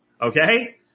Okay